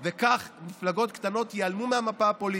וכך, מפלגות קטנות ייעלמו מהמפה הפוליטית.